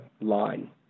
line